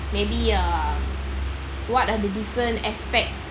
maybe err what are the different aspects